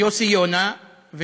יוסי יונה ושטייניץ,